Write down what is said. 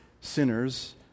sinners